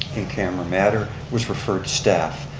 in camera matter with referred staff.